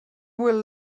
will